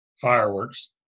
fireworks